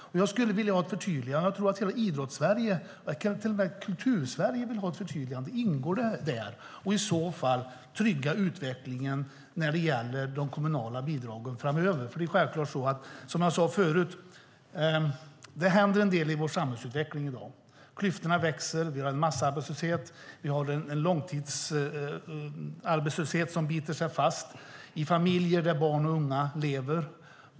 Jag skulle vilja ha ett förtydligande - jag tror att hela Idrottssverige och kanske till och med Kultursverige vill ha ett förtydligande - av om detta ingår där. Trygga i så fall utvecklingen när det gäller de kommunala bidragen framöver! Det är nämligen självklart så, vilket jag sade förut, att det händer en del i vår samhällsutveckling i dag. Klyftorna växer, vi har en massarbetslöshet och vi har en långtidsarbetslöshet som biter sig fast i familjer där barn och unga lever.